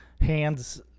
hands